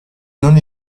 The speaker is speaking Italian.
non